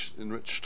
enriched